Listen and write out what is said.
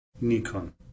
Nikon